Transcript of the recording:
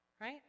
Right